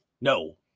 No